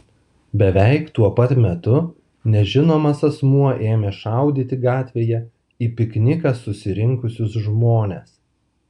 beveik tuo pat metu nežinomas asmuo ėmė šaudyti gatvėje į pikniką susirinkusius žmones